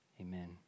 Amen